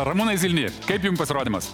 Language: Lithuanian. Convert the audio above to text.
ramūnai zilny kaip jums pasirodymas